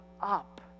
up